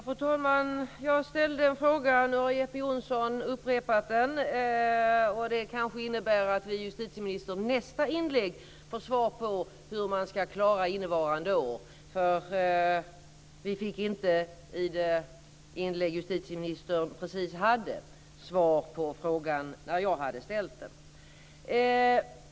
Fru talman! Jag ställde en fråga, och nu har Jeppe Johnsson upprepat den. Det kanske innebär att vi av justitieministern i hennes nästa inlägg får svar på hur man ska klara innevarande år. Vi fick inte något svar i det inlägg justitieministern just hade på den fråga jag hade ställt.